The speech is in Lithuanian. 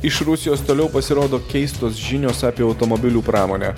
iš rusijos toliau pasirodo keistos žinios apie automobilių pramonę